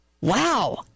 Wow